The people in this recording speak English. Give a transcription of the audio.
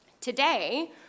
Today